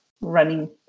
running